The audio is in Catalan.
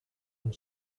amb